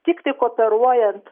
tiktai kooperuojant